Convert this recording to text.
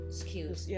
skills